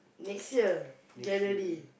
next year January